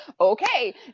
okay